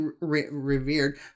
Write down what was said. revered